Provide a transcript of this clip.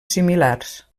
similars